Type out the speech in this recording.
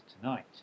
tonight